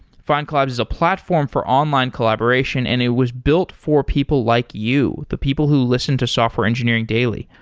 findcollabs is a platform for online collaboration and it was built for people like you, the people who listen to software engineering daily.